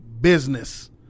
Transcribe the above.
business